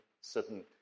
certain